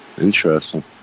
Interesting